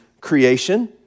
creation